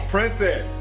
Princess